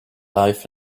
life